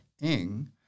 ing